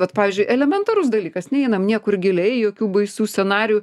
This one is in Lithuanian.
vat pavyzdžiui elementarus dalykas neinam niekur giliai jokių baisių scenarijų